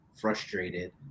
frustrated